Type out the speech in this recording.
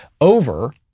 over